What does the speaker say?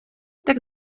tak